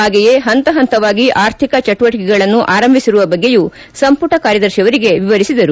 ಹಾಗೆಯೇ ಪಂತ ಪಂತವಾಗಿ ಆರ್ಥಿಕ ಚಟುವಟಿಕೆಗಳನ್ನು ಆರಂಭಿಸಿರುವ ಬಗ್ಗೆಯೂ ಸಂಪುಟ ಕಾರ್ಯದರ್ಶಿಯವರಿಗೆ ವಿವರಿಸಿದರು